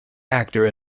actor